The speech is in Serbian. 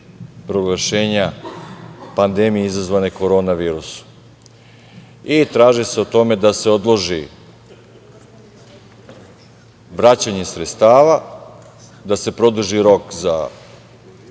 proglašenja pandemije izazvane korona virusom i traži se da se odloži vraćanje sredstava, da se produži rok za